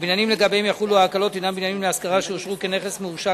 הבניינים שלגביהם יחולו ההקלות הינם בניינים להשכרה שאושרו כנכס מאושר,